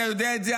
אתה יודע את זה,